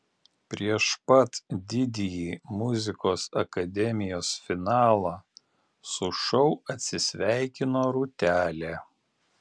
prieš pat didįjį muzikos akademijos finalą su šou atsisveikino rūtelė